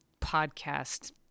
podcast